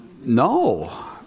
no